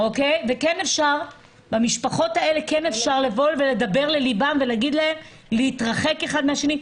וכן אפשר לדבר לליבן של המשפחות ולהגיד להן להתרחק האחד מן השני.